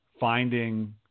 finding